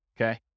Okay